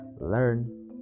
learn